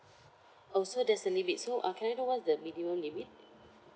oh so there's a limit so uh can I know what's the minimum limit